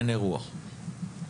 אין אירוע,